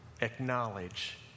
acknowledge